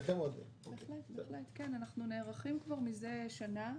אנחנו נערכים כבר מזה שנה.